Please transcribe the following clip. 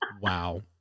wow